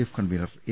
F convener A